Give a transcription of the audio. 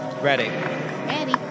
Ready